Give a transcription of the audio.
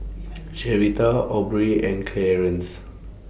Sherita Aubrey and Clearence